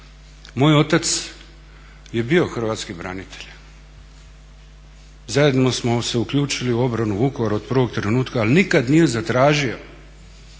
moj otac je bio hrvatski branitelj. Zajedno smo se uključili u obranu Vukovara od prvog trenutka ali nikad nije zatražio